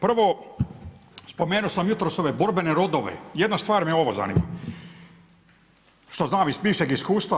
Prvo, spomenuo sam jutros ove borbene rodove, jedna stvar me ovo zanima, što znam iz bivšeg iskustva.